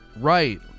Right